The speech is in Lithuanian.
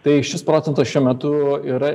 tai šis procentas šiuo metu yra